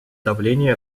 давление